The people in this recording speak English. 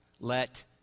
Let